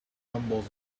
tumbles